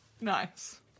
nice